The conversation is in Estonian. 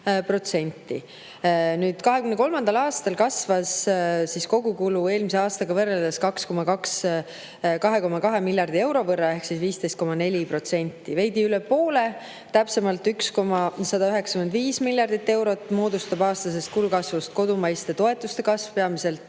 2023. aastal kasvas kogukulu eelmise aastaga võrreldes 2,2 miljardi euro võrra ehk 15,4%. Veidi üle poole, täpsemalt 1,195 miljardit eurot, moodustab aastasest kulu kasvust kodumaiste toetuste kasv, seda peamiselt